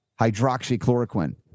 hydroxychloroquine